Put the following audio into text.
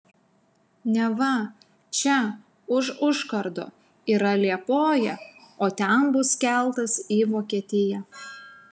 neva čia už užkardo yra liepoja o ten bus keltas į vokietiją